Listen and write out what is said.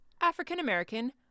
African-American